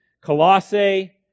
Colossae